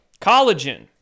collagen